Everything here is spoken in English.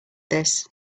this